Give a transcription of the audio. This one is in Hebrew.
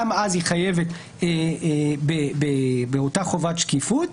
גם אז הוא חייב באותה חובת שקיפות.